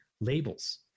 labels